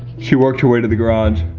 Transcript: she worked her way to the garage.